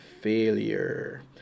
failure